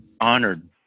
honored